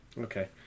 Okay